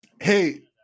Hey